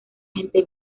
gente